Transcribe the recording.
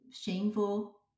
shameful